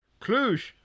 Cluj